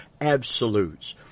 absolutes